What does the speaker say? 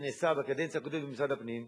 שנעשה בקדנציה הקודמת במשרד הפנים,